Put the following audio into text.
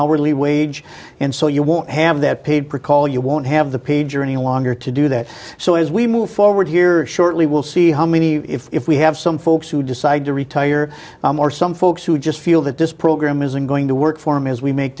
hourly wage and so you won't have that paid per call you won't have the pager any longer to do that so as we move forward here shortly we'll see how many if we have some folks who decide to retire or some folks who just feel that this program isn't going to work for me as we make